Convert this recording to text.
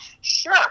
Sure